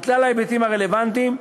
על כלל ההיבטים הרלוונטיים,